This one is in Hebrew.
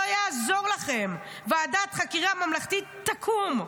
לא יעזור לכם, ועדת חקירה ממלכתית תקום,